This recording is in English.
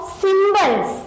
symbols